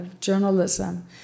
journalism